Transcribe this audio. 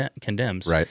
condemns